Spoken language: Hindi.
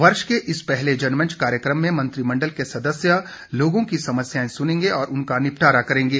वर्ष के इस पहले जनमंच कार्यक्रम में मंत्रिमंडल के सदस्य लोगों की समस्याएं सुनेंगे और उनका निपटारा करेंगे